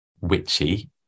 witchy